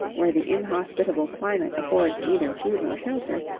where the inhospitable climate affords neither food nor shelter,